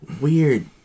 weird